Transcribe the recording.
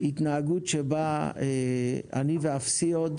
וההתנהגות של אני ואפסי עוד,